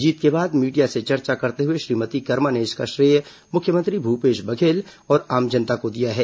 जीत के बाद मीडिया से चर्चा करते हुए श्रीमती कर्मा ने इसका श्रेय मुख्यमंत्री भूपेश बघेल और आम जनता को दिया है